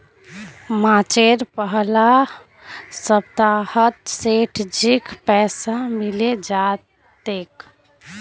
मार्चेर पहला सप्ताहत सेठजीक पैसा मिले जा तेक